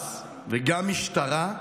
שב"ס וגם המשטרה,